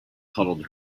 cuddled